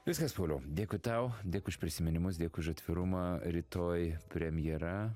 viskas pauliau dėkui tau dėkui už prisiminimus dėkui už atvirumą rytoj premjera